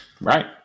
right